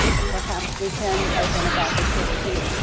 perhaps we can open about the sixteenth.